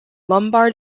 lombard